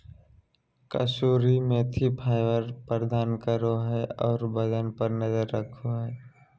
कसूरी मेथी फाइबर प्रदान करो हइ और वजन पर नजर रखो हइ